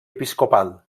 episcopal